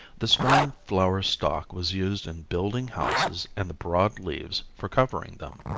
the strong flower stalk was used in building houses and the broad leaves for covering them.